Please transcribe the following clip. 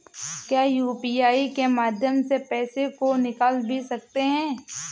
क्या यू.पी.आई के माध्यम से पैसे को निकाल भी सकते हैं?